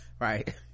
right